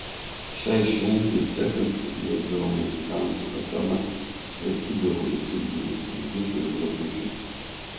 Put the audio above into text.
šiai šventei cechas kviesdavo muzikantų kapelą sutvarkydavo liturginius indus ir drabužius